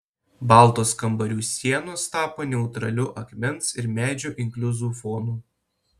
baltos kambarių sienos tapo neutraliu akmens ir medžio inkliuzų fonu